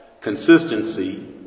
consistency